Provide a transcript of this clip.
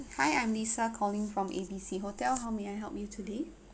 and I'm lisa calling from A B C hotel how may I help you today